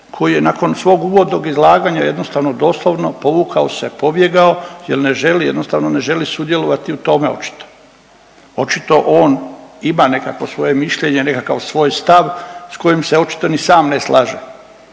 koji je nakon svog uvodnog izlaganja jednostavno doslovno povukao se, pobjegao jer ne želi jednostavno, ne želi sudjelovati u tome očito. Očito on ima nekakvo svoje mišljenje, nekakav svoj stav, s kojim se očito ni sam ne slaže.